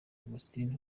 augustin